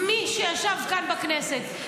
מי שישב כאן בכנסת,